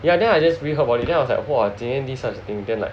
ya then I just read up about it then I was like 洁营 Peng Tian this time like